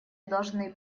должны